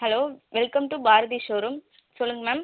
hello welcome to Bharathi showroom சொல்லுங்கள் ma'am